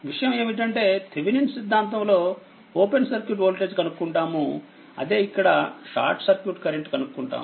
విషయం ఏమిటంటే థేవినిన్స్ సిద్ధాంతం లో ఓపెన్ సర్క్యూట్ వోల్టేజ్ కనుక్కుంటాము అదే ఇక్కడ షార్ట్ సర్క్యూట్ కరెంట్ కనుక్కుంటాము